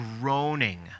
groaning